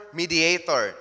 mediator